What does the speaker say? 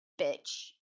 bitch